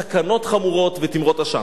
סכנות חמורות ותימרות עשן.